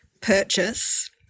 purchase